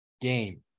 game